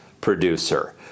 producer